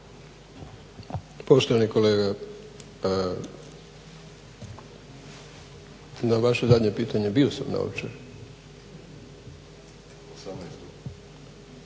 Poštovani kolega, na vaše zadnje pitanje, bio sam na